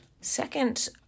second